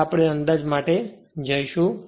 હવે આપણે અંદાજ માટે જઈશું